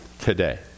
today